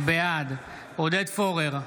בעד עודד פורר,